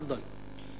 תפאדל.